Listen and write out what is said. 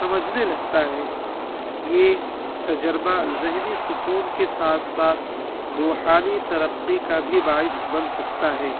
سمجھنے لگتا ہے یہ تجربہ ذہنی سکون کے ساتھ ساتھ روحانی ترقی کا بھی باعث بن سکتا ہے